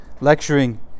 Lecturing